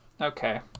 Okay